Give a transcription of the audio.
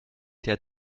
der